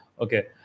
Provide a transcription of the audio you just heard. Okay